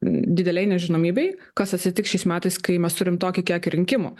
didelėj nežinomybėj kas atsitiks šiais metais kai mes turim tokį kiekį rinkimų